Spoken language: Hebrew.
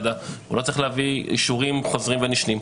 הוא לא צריך אישורים חוזרים ונשנים,